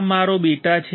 આ મારો બીટા છે